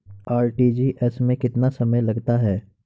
RTGS में कितना समय लगता है?